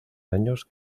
años